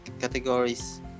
categories